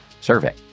survey